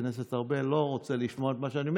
הכנסת ארבל לא רוצה לשמוע את מה שאני אומר.